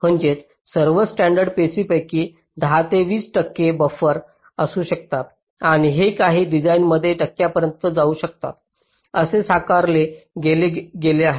म्हणजेच सर्व स्टॅंडर्ड पेशींपैकी 10 ते 20 टक्के बफर असू शकतात आणि ते काही डिझाइनमध्ये टक्क्यांपर्यंत जाऊ शकतात असे साकारले गेले आहे